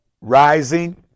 rising